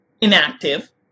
inactive